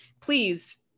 please